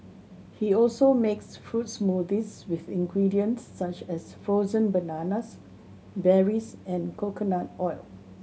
he also makes fruit smoothies with ingredients such as frozen bananas berries and coconut oil